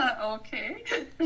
Okay